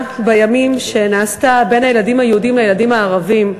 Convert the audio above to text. בימים שנעשתה בין הילדים היהודים לילדים הערבים.